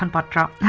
and blood drop